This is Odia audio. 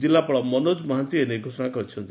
ଜିଲ୍ଲାପାଳ ମନୋକ ମହାନ୍ତି ଏନେଇ ଘୋଷଣା କରିଛନ୍ତି